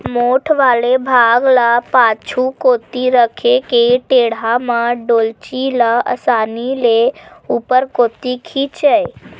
मोठ वाले भाग ल पाछू कोती रखे के टेंड़ा म डोल्ची ल असानी ले ऊपर कोती खिंचय